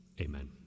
Amen